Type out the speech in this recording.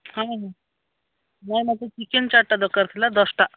ହଁ ହଁ ନା ମୋତେ ଚିକେନ୍ ଚାଟ୍ଟା ଦରକାର ଥିଲା ଦଶଟା